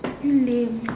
lame